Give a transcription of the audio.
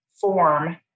form